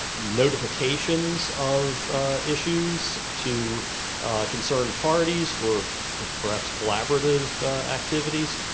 notifications of issues to concerned parties for for perhaps collaborative activities?